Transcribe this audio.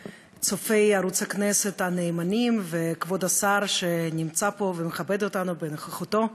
צופי ערוץ הכנסת הנאמנים וכבוד השר שנמצא פה ומכבד אותנו בנוכחותו,